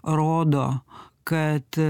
rodo kad